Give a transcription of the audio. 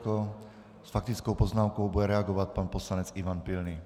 S faktickou poznámkou bude reagovat pan poslanec Ivan Pilný.